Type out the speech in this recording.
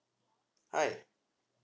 hi